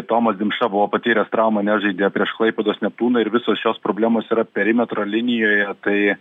tomas dimša buvo patyręs traumą nežaidė prieš klaipėdos neptūną ir visos šios problemos yra perimetro linijoje tai